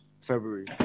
February